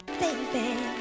Baby